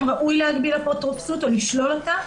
ראוי להגביל אפוטרופסות או לשלול אותה.